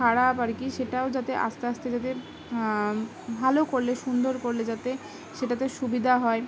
খারাপ আর কি সেটাও যাতে আস্তে আস্তে যাতে ভালো করলে সুন্দর করলে যাতে সেটাতে সুবিধা হয়